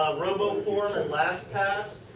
roboform, and lastpass.